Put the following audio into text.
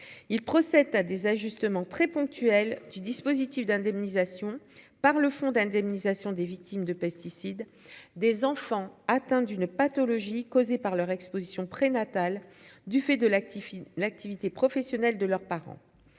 il procède à des ajustements très ponctuel du dispositif d'indemnisation par le fonds d'indemnisation des victimes de pesticides des enfants atteints d'une pathologie causée par leur Exposition prénatale du fait de l'activité, l'activité professionnelle de leurs parents,